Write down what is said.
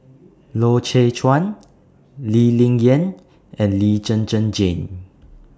Loy Chye Chuan Lee Ling Yen and Lee Zhen Zhen Jane